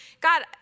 God